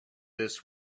this